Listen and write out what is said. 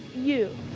you.